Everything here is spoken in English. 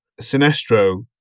Sinestro